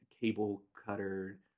cable-cutter